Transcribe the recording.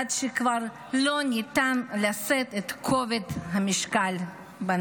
עד שכבר לא ניתן לשאת את כובד הנטל.